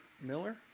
Miller